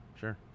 sure